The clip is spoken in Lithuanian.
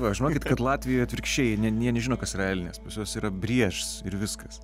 žinokit kad latvijoj atvirkščiai jie net jie nežino kas yra elnias pas juos yra briežis ir viskas